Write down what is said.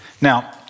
Now